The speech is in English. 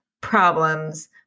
problems